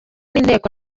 n’inteko